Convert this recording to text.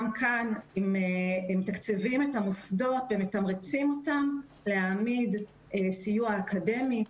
גם כאן מתקצבים את המוסדות ומתמרצים אותם להעמיד סיוע אקדמי,